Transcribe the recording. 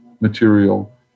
material